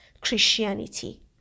Christianity